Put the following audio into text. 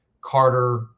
Carter